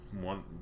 one